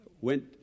went